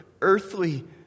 earthly